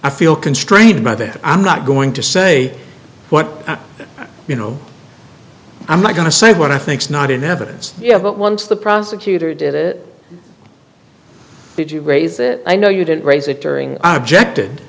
i feel constrained by that i'm not going to say what you know i'm not going to say what i think is not in evidence yet but once the prosecutor did it did you raise it i know you didn't raise it during object and